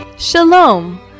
Shalom